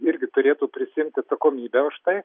irgi turėtų prisiimti atsakomybę už tai